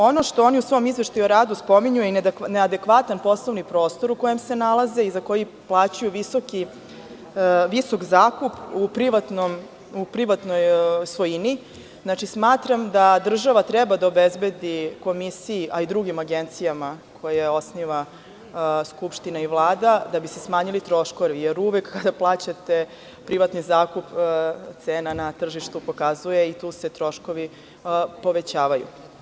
Ono što oni u svom Izveštaju o radu spominju i neadekvatan poslovni prostor u kojem se nalaze i za koji plaćaju visok zakup u privatnoj svojini, smatram da država treba da obezbedi Komisiji, a i drugim agencijama koje osniva Skupština i Vlada da bi se smanjili troškovi, jer uvek kada plaćate privatni zakup cena na tržištu pokazuje i tu se troškovi povećavaju.